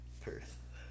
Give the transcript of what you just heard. Perth